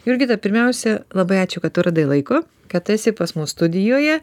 jurgita pirmiausia labai ačiū kad tu radai laiko kad esi pas mus studijoje